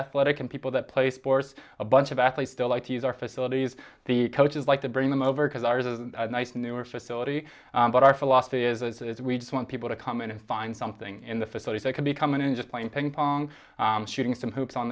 athletic and people that play sports a bunch of athletes still like to use our facilities the coaches like to bring them over because ours is a nice newer facility but our philosophy is it's we just want people to come in and find something in the facilities that could be coming in just playing ping pong shooting some hoops on